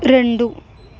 రెండు